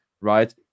Right